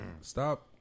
Stop